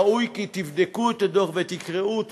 ראוי כי תבדקו את הדוח ותקראו אותו.